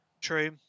True